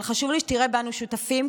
אבל חשוב לי שתראה בנו שותפים,